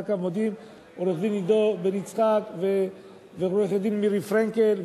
עורך-הדין עידו בן-יצחק ועורכת-הדין מירי פרנקל,